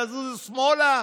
תזוזו שמאלה,